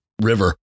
river